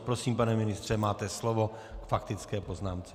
Prosím, pane ministře, máte slovo k faktické poznámce.